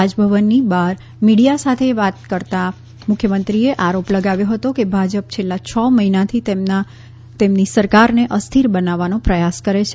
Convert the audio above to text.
રાજ ભવનની બહાર મીડિયા સાથે વાત કરતા મુખ્યમંત્રીએ આરોપ લગાવ્યો કે ભાજપ છેલ્લા છ મહિનાથી તેમની સરકારને અસ્થિર બનાવવાનો પ્રયાસ કરે છે